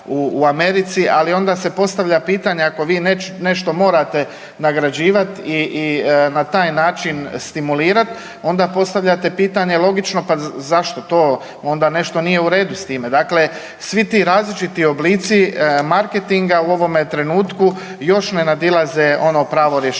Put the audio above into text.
ali onda se postavlja pitanje ako vi nešto morate nagrađivat i na taj način stimulirat onda postavljate pitanje logično pa zašto to onda nešto nije u redu s time. Dakle, svi ti različiti oblici marketinga u ovome trenutku još ne nadilaze ono pravo rješenje